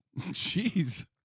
Jeez